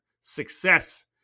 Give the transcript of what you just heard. success